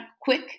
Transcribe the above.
quick